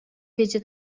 wiedzie